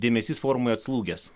dėmesys forumui atslūgęs